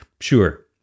Sure